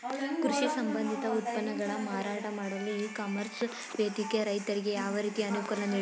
ಕೃಷಿ ಸಂಬಂಧಿತ ಉತ್ಪನ್ನಗಳ ಮಾರಾಟ ಮಾಡಲು ಇ ಕಾಮರ್ಸ್ ವೇದಿಕೆ ರೈತರಿಗೆ ಯಾವ ರೀತಿ ಅನುಕೂಲ ನೀಡಿದೆ?